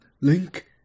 link